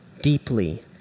Deeply